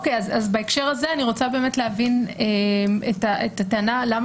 בהקשר הזה אני רוצה להבין את הטענה למה